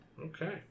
Okay